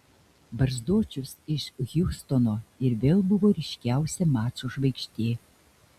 barzdočius iš hjustono ir vėl buvo ryškiausia mačo žvaigždė